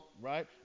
right